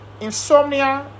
insomnia